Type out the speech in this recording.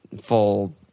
full